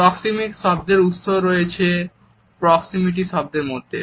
proxemics শব্দের উৎস রয়েছে 'প্রক্সিমিটি' শব্দের মধ্যে